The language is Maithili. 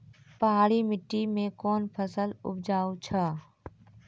पहाड़ी मिट्टी मैं कौन फसल उपजाऊ छ?